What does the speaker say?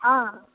ஆ